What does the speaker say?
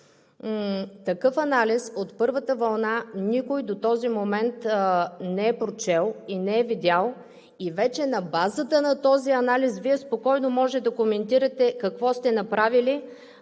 Такъв анализ от първата вълна никой до този момент не е прочел и не е видял. И вече на базата на този анализ Вие спокойно може да коментирате какво сте направили,